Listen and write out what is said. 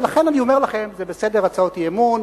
ולכן אני אומר לכם: זה בסדר הצעות אי-אמון,